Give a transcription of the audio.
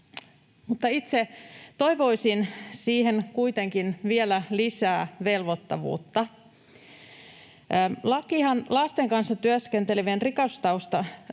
itse toivoisin siihen kuitenkin vielä lisää velvoittavuutta. Laki lasten kanssa työskentelevien rikostaustan